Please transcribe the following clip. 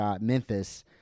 Memphis